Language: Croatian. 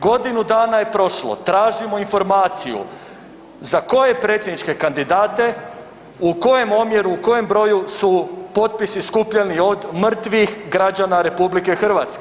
Godinu dana je prošlo, tražimo informaciju za koje predsjedničke kandidate, u kojem omjeru, u kojem broju su potpisi skupljeni od mrtvih građana RH?